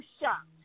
shocked